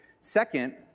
Second